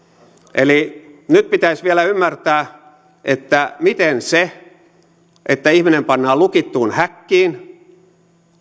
eli nyt pitäisi vielä ymmärtää miten se että ihminen pannaan lukittuun häkkiin